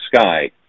sky